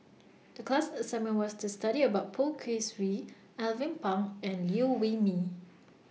The class assignment was to study about Poh Kay Swee Alvin Pang and Liew Wee Mee